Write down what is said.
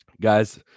guys